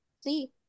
See